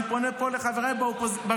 אני פונה פה לחבריי בקואליציה,